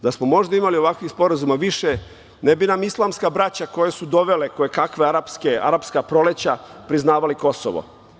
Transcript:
Da smo možda imali ovakvih sporazuma više, ne bi nam islamska braća koje su dovele kojekakva "arapska proleća" priznavali Kosovo.